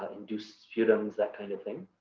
induced sputums, that kind of thing.